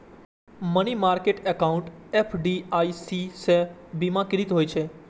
money market account FDIC सं बीमाकृत होइ छै